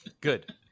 Good